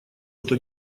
что